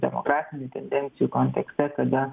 demografinių tendencijų kontekste kada